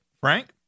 Frank